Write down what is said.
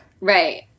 Right